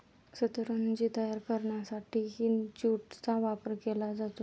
सतरंजी तयार करण्यासाठीही ज्यूटचा वापर केला जातो